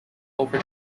over